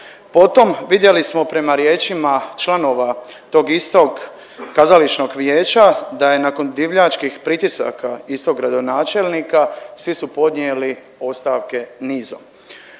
Potom vidjeli smo prema riječima članova tog istog kazališnog vijeća da je nakon divljačkih pritisaka istog gradonačelnika svi su podnijeli ostavke nizom.